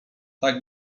tak